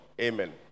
amen